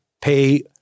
pay